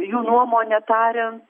jų nuomone tariant